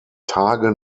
tage